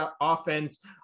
offense